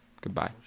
Goodbye